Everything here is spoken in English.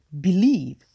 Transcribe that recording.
believe